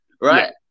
right